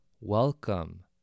welcome